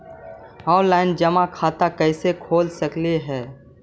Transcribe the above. Online जमा खाता कैसे खोल सक हिय?